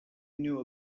knew